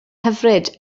hyfryd